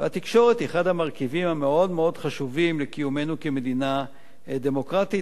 והתקשורת היא אחד המרכיבים המאוד-מאוד חשובים לקיומנו כמדינה דמוקרטית.